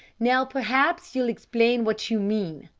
now perhaps you'll explain what you mean.